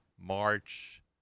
March